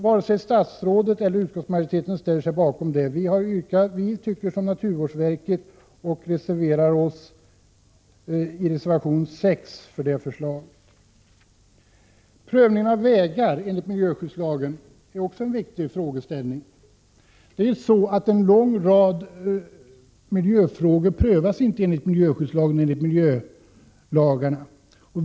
Varken statsrådet eller utskottsmajoriteten ställer sig bakom det. Vi tycker som naturvårdsverket och reserverar oss i reservation 6 för det förslaget. Prövningen av vägar enligt miljöskyddslagen är också en viktig frågeställning. En lång rad miljöfrågor prövas inte enligt miljölagarna.